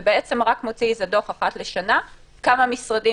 ובעצם רק מוציא דוח אחת לשנה כמה משרדים